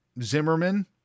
Zimmerman